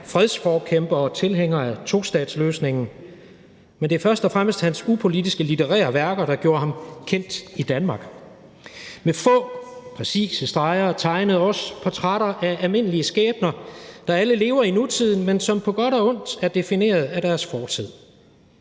fredsforkæmper og tilhænger af tostatsløsningen, men det er først og fremmest hans upolitiske litterære værker, der har gjort ham kendt i Danmark. Med få præcise streger tegnede Oz portrætter af almindelige skæbner, der alle lever i nutiden, men som på godt og ondt er defineret af deres fortid.